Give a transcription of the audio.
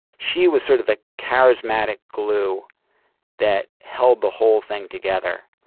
she was sort of the charismatic glue that held the whole thing together,